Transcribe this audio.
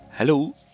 Hello